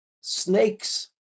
Snakes